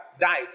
died